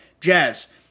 jazz